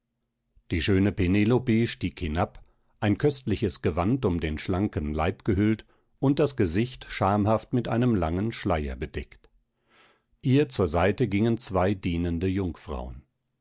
die schöne penelope stieg hinab ein köstliches gewand um den schlanken leib gehüllt und das gesicht schamhaft mit einem langen schleier bedeckt ihr zur seite gingen zwei dienende jungfrauen